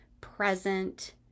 present